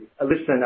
Listen